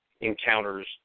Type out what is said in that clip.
encounters